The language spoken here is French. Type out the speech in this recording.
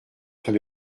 train